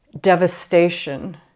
devastation